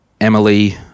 Emily